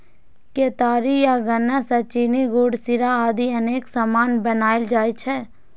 केतारी या गन्ना सं चीनी, गुड़, शीरा आदि अनेक सामान बनाएल जाइ छै